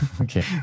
Okay